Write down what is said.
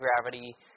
gravity